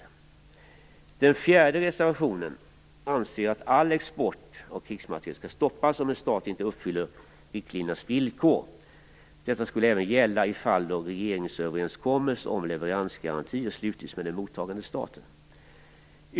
I den fjärde reservationen anser man att all export av krigsmateriel skall stoppas om en stat inte uppfyller riktlinjernas villkor. Detta skulle även gälla i de fall då en regeringsöverenskommelse om leveransgarantier slutits med den mottagande staten.